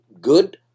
good